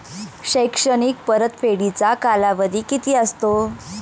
शैक्षणिक परतफेडीचा कालावधी किती असतो?